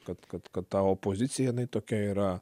kad kad kad tavo pozicija tokia yra